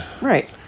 Right